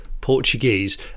Portuguese